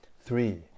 Three